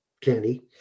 candy